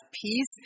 peace